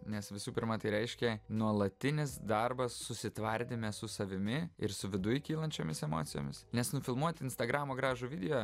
nes visų pirma tai reiškia nuolatinis darbas susitvardyme su savimi ir su viduj kylančiomis emocijomis nes nufilmuoti instagramo gražų video